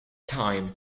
time